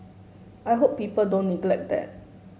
I hope people don't neglect that